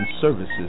Services